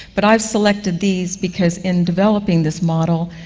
but i've selected these because in developing this model